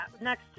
Next